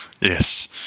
Yes